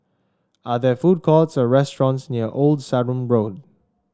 are there food courts or restaurants near Old Sarum Road